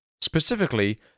Specifically